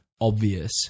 obvious